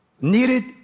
Needed